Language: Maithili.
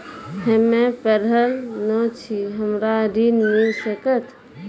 हम्मे पढ़ल न छी हमरा ऋण मिल सकत?